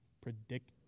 Predict